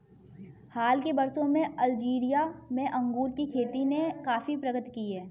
हाल के वर्षों में अल्जीरिया में अंगूर की खेती ने काफी प्रगति की है